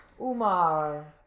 Umar